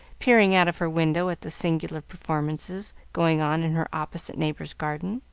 peering out of her window at the singular performances going on in her opposite neighbor's garden.